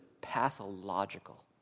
pathological